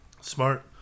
Smart